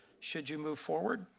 should you move forward,